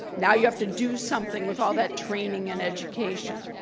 now you have to do something with all that training and education.